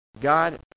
God